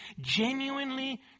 genuinely